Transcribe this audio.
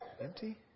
Empty